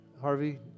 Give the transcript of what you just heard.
Harvey